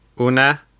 Una